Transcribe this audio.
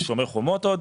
ב"שומר חומות" עוד.